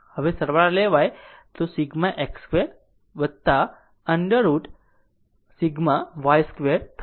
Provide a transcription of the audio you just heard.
હવે સરવાળા લેવાય તો σx 2 √ over y2 થશે